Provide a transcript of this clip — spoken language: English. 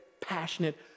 passionate